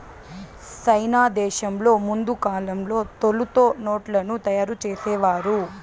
సైనా దేశంలో ముందు కాలంలో తోలుతో నోట్లను తయారు చేసేవారు